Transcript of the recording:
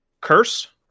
Curse